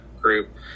group